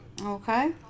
Okay